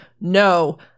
No